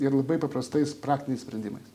ir labai paprastais praktiniais sprendimais